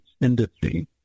industry